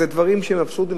אלה דברים שהם אבסורדיים.